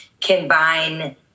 combine